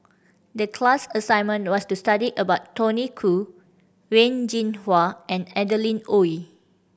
the class assignment was to study about Tony Khoo Wen Jinhua and Adeline Ooi